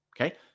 Okay